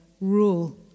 rule